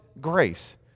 grace